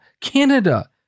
Canada